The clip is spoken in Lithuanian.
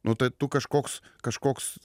nu tai tu kažkoks kažkoks